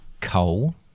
Coal